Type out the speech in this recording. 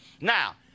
Now